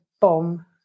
bomb